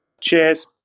Cheers